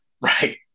Right